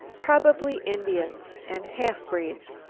probably indians and half-breeds.